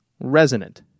resonant